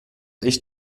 ich